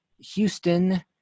Houston –